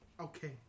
Okay